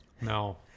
no